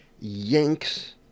Yanks